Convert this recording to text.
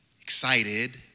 Excited